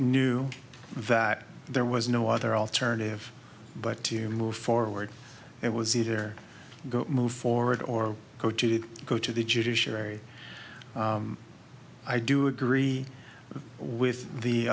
knew that there was no other alternative but to move forward it was either go move forward or go to to go to the judiciary i do agree with